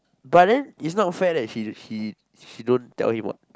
but then it's not fair that she she she don't tell him what